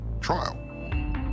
trial